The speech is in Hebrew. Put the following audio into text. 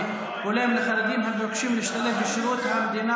הולם לחרדים המבקשים להשתלב בשירות המדינה,